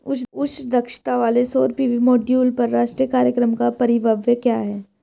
उच्च दक्षता वाले सौर पी.वी मॉड्यूल पर राष्ट्रीय कार्यक्रम का परिव्यय क्या है?